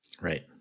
Right